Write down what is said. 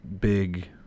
big